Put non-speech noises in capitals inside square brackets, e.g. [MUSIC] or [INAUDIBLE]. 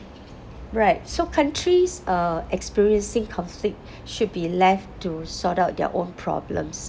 right so countries uh experiencing conflict [BREATH] should be left to sort out their own problems